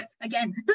again